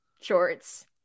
shorts